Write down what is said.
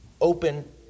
open